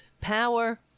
power